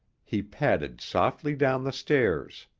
he padded softly down the stairs.